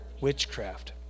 witchcraft